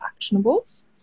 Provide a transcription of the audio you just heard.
actionables